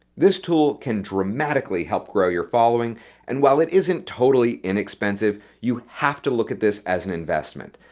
this tool can dramatically help grow your following and while it isn't totally inexpensive, you have to look at this as an investment.